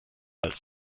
als